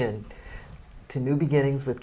in to new beginnings with